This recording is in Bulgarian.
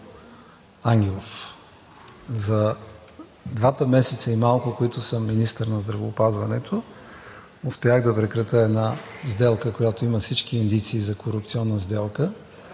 за двата месеца и малко, в които съм министър на здравеопазването, успях да прекратя една сделка, която има всички индикации за корупционна сделка